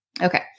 Okay